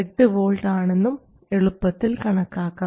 8 V ആണെന്നും എളുപ്പത്തിൽ കണക്കാക്കാം